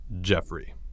Jeffrey